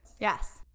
Yes